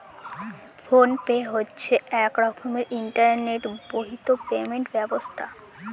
phone pay হচ্ছে এক রকমের ইন্টারনেট বাহিত পেমেন্ট ব্যবস্থা